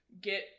get